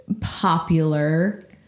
popular